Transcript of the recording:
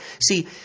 See